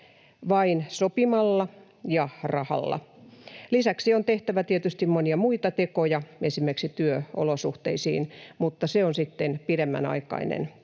vain sopimalla ja rahalla. Lisäksi on tehtävä tietysti monia muita tekoja, esimerkiksi työolosuhteisiin, mutta se on sitten pidemmänaikainen työ